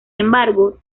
embargo